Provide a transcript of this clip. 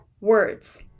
words